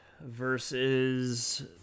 Versus